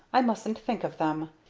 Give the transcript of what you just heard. i mustn't think of them.